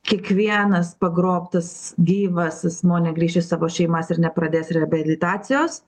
kiekvienas pagrobtas gyvas asmuo negrįš į savo šeimas ir nepradės reabilitacijos